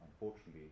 unfortunately